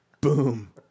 Boom